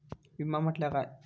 विमा म्हटल्या काय?